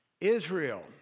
Israel